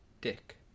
Dick